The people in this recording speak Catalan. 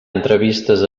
entrevistes